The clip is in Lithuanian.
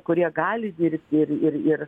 kurie gali dirbti ir ir ir